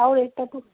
তাও রেটটা একটু